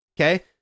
Okay